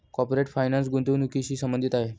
corporate finance गुंतवणुकीशी संबंधित आहे